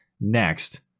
next